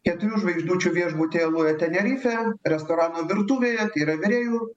keturių žvaigždučių viešbutyje loje tenerifė restorano virtuvėje tai yra virėjų